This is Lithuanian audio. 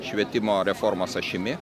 švietimo reformos ašimi